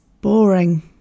boring